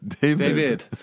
David